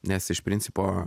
nes iš principo